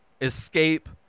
escape